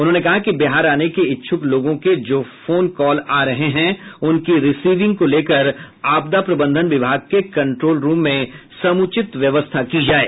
उन्होंने कहा कि बिहार आने के इच्छुक लोगों के जो फोन कॉल आ रहे हैं उनकी रीसिविंग को लेकर आपदा प्रबंधन विभाग के कंट्रोल रूम में समुचित व्यवस्था की जाये